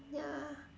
ya